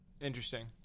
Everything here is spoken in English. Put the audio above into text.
interesting